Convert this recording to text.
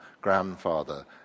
grandfather